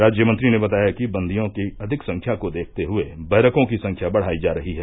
राज्य मंत्री ने बताया कि बंदियों की अधिक संख्या को देखते हुये बैरकों की संख्या बढ़ायी जा रही है